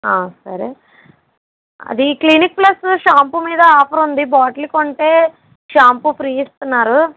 సరే అదీ clinic plus shampoo మీద ఆఫర్ ఉంది బాటిల్ కొంటే షాంపూ ఫ్రీ ఇస్తున్నారు